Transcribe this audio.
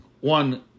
one